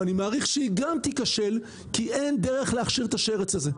ואני מעריך שהיא גם תיכשל כי אין דרך להכשיר את השרץ הזה.